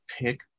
Pick